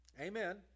Amen